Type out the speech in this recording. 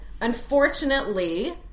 unfortunately